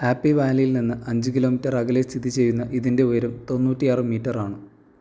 happy വാലിയിൽനിന്ന് അഞ്ച് kilometre അകലെ സ്ഥിതിചെയ്യുന്ന ഇതിൻ്റെ ഉയരം തൊണ്ണൂറ്റിയാറ് മീറ്റർ ആണ്